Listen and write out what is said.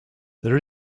there